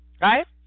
Right